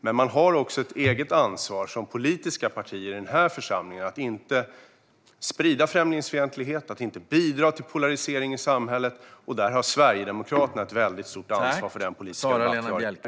Men politiska partier i den här församlingen har också ett eget ansvar att inte sprida främlingsfientlighet och inte bidra till polarisering i samhället. Där har Sverigedemokraterna ett väldigt stort ansvar för den politiska debatt vi har.